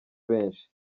benshi